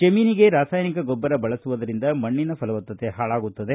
ಜಮೀನಿಗೆ ರಾಸಾಯನಿಕ ಗೊಬ್ಬರ ಬಳಸುವುದರಿಂದ ಮಣ್ಣಿನ ಫಲವತ್ತತೆ ಹಾಳಾಗುತ್ತದೆ